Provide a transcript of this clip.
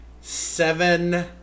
seven